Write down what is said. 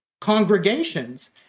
congregations